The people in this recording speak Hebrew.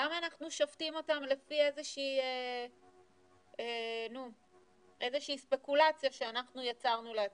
למה אנחנו שופטים אותם לפי איזה שהיא ספקולציה שאנחנו יצרנו לעצמנו?